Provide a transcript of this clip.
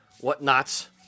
whatnots